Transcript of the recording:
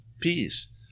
Peace